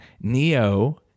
Neo